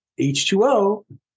H2O